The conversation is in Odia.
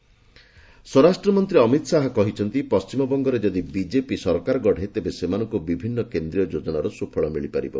ଅମିତଶାହା ସ୍ୱରାଷ୍ଟ୍ରମନ୍ତ୍ରୀ ଅମିତ ଶାହା କହିଛନ୍ତି ପଶ୍ଚିମବଙ୍ଗରେ ଯଦି ବିଜେପି ସରକାର ଗଢେ ତେବେ ସେମାନଙ୍କୁ ବିଭିନ୍ନ କେନ୍ଦ୍ରୀୟ ଯୋଜନାର ସୁଫଳ ମିଳିପାରିବ